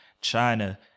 China